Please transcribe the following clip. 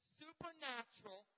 supernatural